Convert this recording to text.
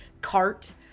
cart